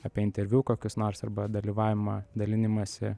apie interviu kokius nors arba dalyvavimą dalinimąsi